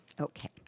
Okay